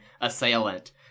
assailant